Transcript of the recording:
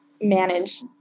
manage